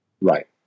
Right